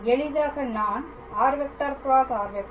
எளிதாக நான் r × r